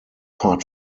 part